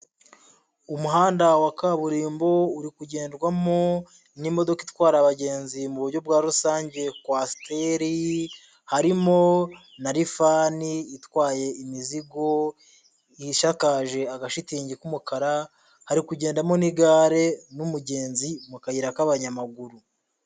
Umuhanda wa kaburimbo uri kugendwamo n'imodoka itwara abagenzi mu buryo bwa rusange kwasiteri, harimo na rifani itwaye imizigo ishakaje agashitingi k'umukara, hari kugendamo n'igare n'umugenzi mu kayira k'abanyamaguru.